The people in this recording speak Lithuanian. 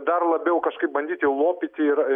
dar labiau kažkaip bandyti lopyti ir